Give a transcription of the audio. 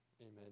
Amen